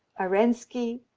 arenski,